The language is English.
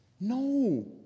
no